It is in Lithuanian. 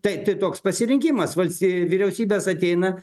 tai tai toks pasirinkimas valsty vyriausybės ateina